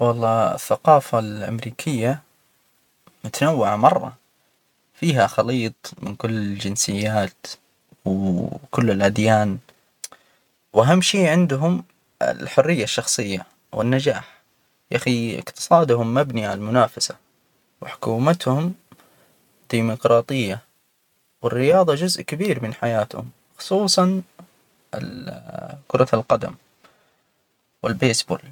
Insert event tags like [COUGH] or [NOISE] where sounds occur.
والله الثقافة الأمريكية متنوعة مرة فيها خليط من كل الجنسيات و وكل الأديان، [HESITATION] وأهم شي عندهم الحرية الشخصية والنجاح، يا أخي اقتصادهم مبني على المنافسة وحكومتهم، ديمقراطية، والرياضة جزء كبير من حياتهم، خصوصا ال [HESITATION] كرة القدم، والباسبول.